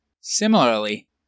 Similarly